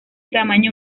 tamaño